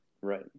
Right